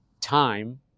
time